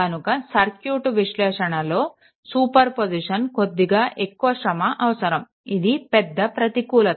కనుక సర్క్యూట్ విశ్లేషణ లో సూపర్ పొజిషన్ కొద్దిగా ఎక్కువ శ్రమ అవసరం ఇది పెద్ద ప్రతికూలత